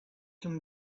him